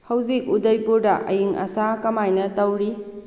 ꯍꯧꯖꯤꯛ ꯎꯗꯩꯄꯨꯔꯗ ꯑꯏꯪ ꯑꯁꯥ ꯀꯃꯥꯏꯅ ꯇꯧꯔꯤ